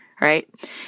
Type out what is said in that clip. Right